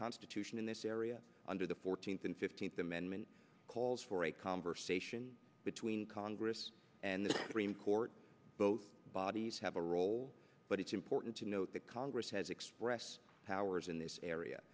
constitution in this area under the fourteenth and fifteenth amendment calls for a conversation between congress and the supreme court both bodies have a role but it's important to note that congress has expressed powers in this area